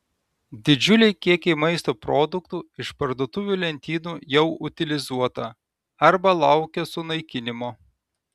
didžiuliai kiekiai maisto produktų iš parduotuvių lentynų jau utilizuota arba laukia sunaikinimo